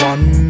One